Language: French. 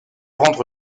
rentre